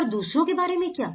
पर दूसरों के बारे में क्या